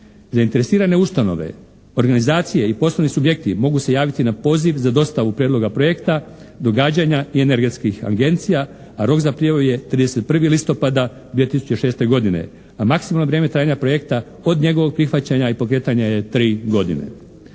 Zainteresirane ustanove, organizacije i poslovni subjekti mogu se javiti na poziv za dostavu prijedloga projekta, događanja energetskih agencija, rok za prijavu je 31. listopada 2006. godine, a maksimalno vrijeme trajanja projekta od njegovog prihvaćanja i pokretanje je tri godine.